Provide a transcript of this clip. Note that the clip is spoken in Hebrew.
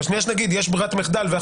לנוכח העיסוק שלנו בשבועות האחרונים